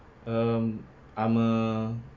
um I'm a